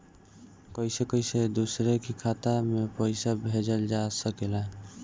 कईसे कईसे दूसरे के खाता में पईसा भेजल जा सकेला?